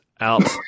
out